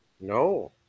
No